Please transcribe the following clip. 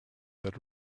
that